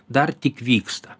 dar tik vyksta